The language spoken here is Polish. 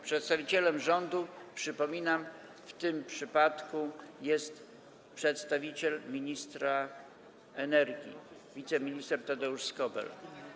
Przedstawicielem rządu, przypominam, w tym przypadku jest przedstawiciel ministra energii wiceminister Tadeusz Skobel.